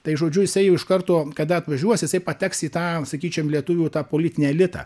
tai žodžiu jisai jau iš karto kada atvažiuos jisai pateks į tą sakyčiam lietuvių tą politinį elitą